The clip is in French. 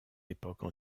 époques